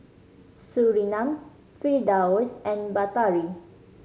Surinam Firdaus and Batari